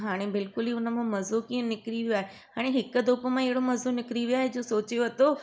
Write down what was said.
हाणे बिल्कुलु ई हुन मां मज़ो कीअं निकिरी वियो आहे हाणे हिकु धोप मां अहिड़ो मज़ो निकिरी वियो आहे जो सोची वरितो